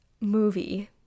movie